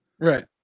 Right